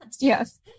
yes